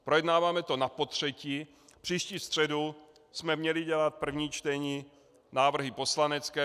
Projednáváme to napotřetí, příští středu jsme měli dělat první čtení, návrhy poslanecké.